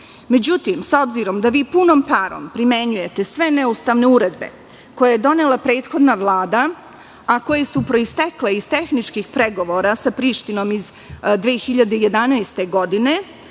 KiM.Međutim, s obzirom da vi punom parom primenjujete sve neustavne uredbe koje je donela prethodna vlada, a koje su proistekle iz tehničkih pregovora sa Prištinom iz 2011. godine,